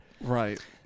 right